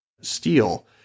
steel